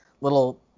little